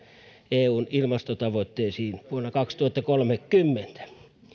eun ilmastotavoitteisiin vuonna kaksituhattakolmekymmentä